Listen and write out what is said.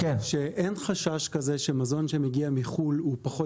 שאין חשש כזה שמזון שמגיע מחו"ל הוא פחות